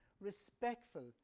respectful